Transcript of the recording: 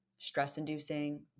stress-inducing